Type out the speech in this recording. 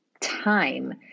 time